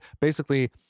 basically-